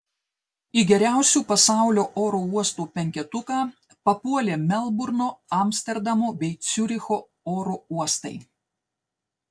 į geriausių pasaulio oro uostų penketuką papuolė melburno amsterdamo bei ciuricho oro uostai